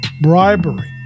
bribery